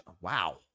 Wow